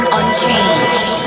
unchanged